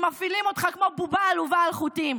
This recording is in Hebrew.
שמפעילים אותך כמו בובה עלובה על חוטים.